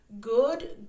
good